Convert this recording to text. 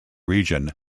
region